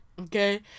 Okay